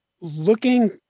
Looking